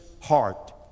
heart